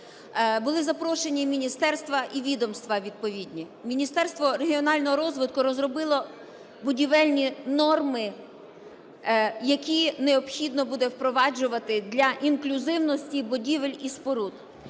були запрошені міністерства і відомства відповідні. Міністерство регіонального розвитку розробило будівельні норми, які необхідно буде впроваджувати для інклюзивності будівель і споруд.